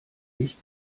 ich